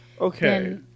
Okay